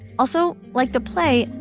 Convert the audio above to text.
also, like the play,